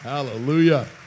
Hallelujah